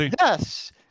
Yes